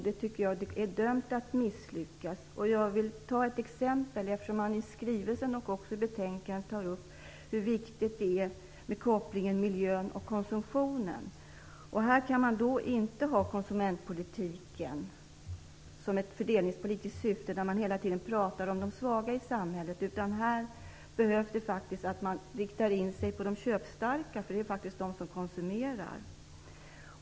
Det är dömt att misslyckas. Jag vill ta ett exempel, eftersom man i skrivelsen och i betänkandet tar upp hur viktigt det är med kopplingen miljön-konsumtionen. Här kan man då inte ha ett fördelningspolitiskt syfte i konsumentpolitiken och hela tiden prata om de svaga i samhället, utan här behöver man rikta in sig på de köpstarka - det är faktiskt de som konsumerar.